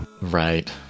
Right